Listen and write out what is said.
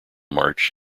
march